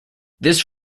this